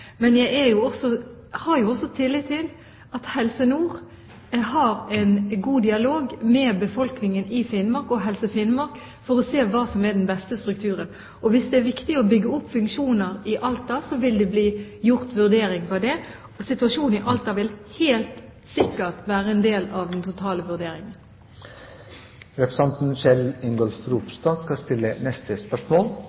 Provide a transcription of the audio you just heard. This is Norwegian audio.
Men jeg har jo også tillit til at Helse Nord har en god dialog med befolkningen i Finnmark og Helse Finnmark for å se hvilken struktur som er den beste. Hvis det er viktig å bygge opp funksjoner i Alta, vil det bli gjort vurdering av det. Situasjonen i Alta vil helt sikkert være en del av den totale